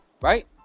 Right